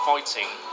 fighting